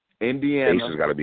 Indiana